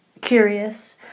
curious